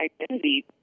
identity